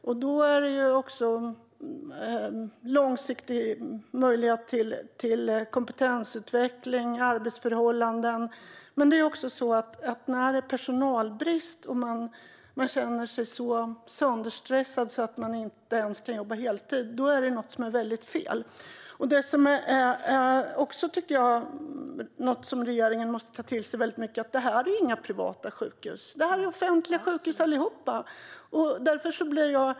Då måste det finnas en långsiktig möjlighet till kompetensutveckling och goda arbetsförhållanden. När det är personalbrist och man känner sig så sönderstressad att man inte ens kan jobba heltid, då är det något som är väldigt fel. Regeringen måste ta till sig att detta inte är några privata sjukhus. Allihop är offentligt drivna sjukhus.